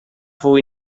fou